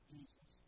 Jesus